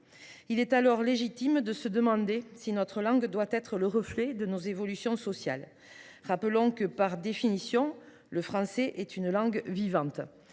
Il est alors légitime de se demander si notre langue doit être le reflet de nos évolutions sociales. Par définition, le français est une langue vivante.